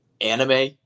Anime